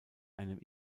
einem